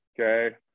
okay